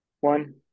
One